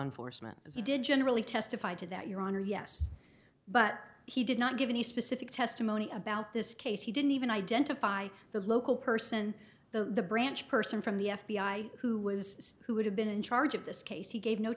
enforcement as he did generally testified to that your honor yes but he did not give any specific testimony about this case he didn't even identify the local person the branch person from the f b i who was who would have been in charge of this case he gave no